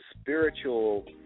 spiritual